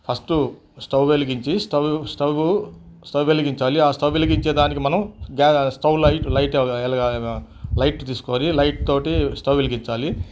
first stove వెలిగించి stove stove stove వెలిగించాలి ఆ స్టవ్ వెలిగించే దానికి మనం gas stove light light light తీసుకోవాలి లైట్ తోటి స్టవ్ వెలిగించాలి